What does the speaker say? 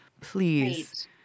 please